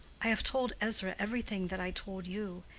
i have told ezra everything that i told you,